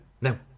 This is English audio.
No